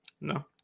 No